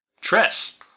Tress